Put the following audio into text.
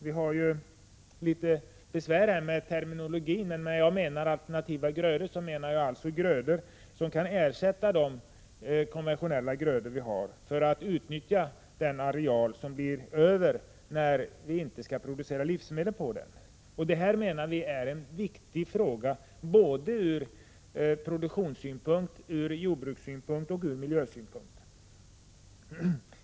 Vi har ju litet besvär med terminologin, men med alternativa grödor menar jag grödor som kan ersätta de konventionella grödorna och odlas för att utnyttja den areal som blir över, när man inte skall producera livsmedel på den. Detta är, menar vi, en viktig fråga från produktionssynpunkt, jordbrukssynpunkt och miljösynpunkt.